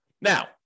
Now